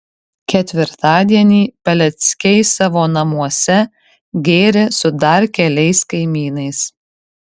ketvirtadienį peleckiai savo namuose gėrė su dar keliais kaimynais